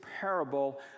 parable